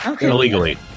Illegally